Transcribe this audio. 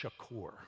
Shakur